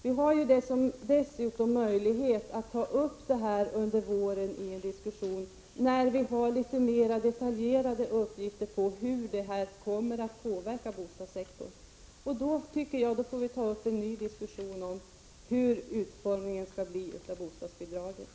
Vi får bättre möjligheter att behandla detta under våren när vi har aktuellare uppgifter om hur det påverkar bostadssektorn. Då får vi ta upp en ny diskussion om utformningen av bostadsbidraget.